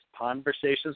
Conversations